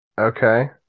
Okay